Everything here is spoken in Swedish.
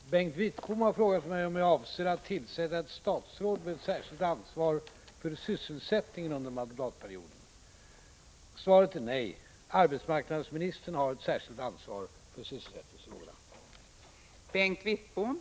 Fru talman! Bengt Wittbom har frågat mig om jag avser att tillsätta ett statsråd med särskilt ansvar för sysselsättningen under mandatperioden. Svaret är nej. Arbetsmarknadsministern har ett särskilt ansvar för sysselsättningsfrågorna.